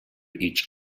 each